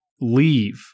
Leave